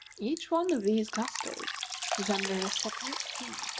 each one of these clusters is under a separate king.